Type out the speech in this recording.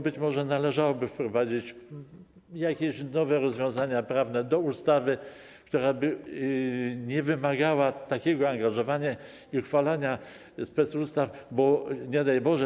Być może należałoby wprowadzić jakieś nowe rozwiązania prawne do ustawy, która by nie wymagała takiego angażowania i uchwalania specustaw, nie daj Boże.